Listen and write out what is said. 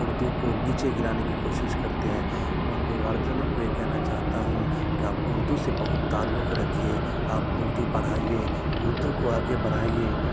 اردو کو نیچے گرانے کی کوشش کرتے ہیں میں ان کے گارجنوں کو یہ کہنا چاہتا ہوں کہ آپ اردو سے بہت تعلق رکھیے آپ اردو پڑھائیے اردو کو آگے بڑھائیے